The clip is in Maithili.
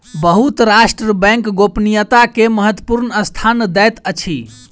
बहुत राष्ट्र बैंक गोपनीयता के महत्वपूर्ण स्थान दैत अछि